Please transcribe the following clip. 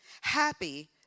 happy